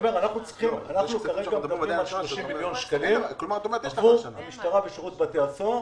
אנחנו צריכים כרגע 30 מיליון שקלים עבור המשטרה ושירות בתי הסוהר.